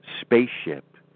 spaceship